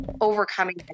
overcoming